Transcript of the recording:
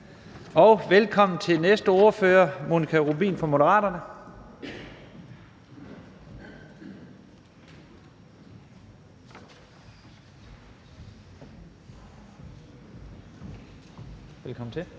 velkommen til næste ordfører, Monika Rubin fra Moderaterne. Velkommen til.